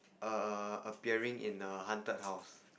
err appearing in a haunted house